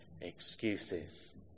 excuses